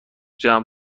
جمع